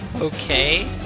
Okay